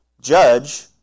judge